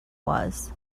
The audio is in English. was